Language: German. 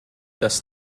das